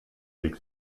weg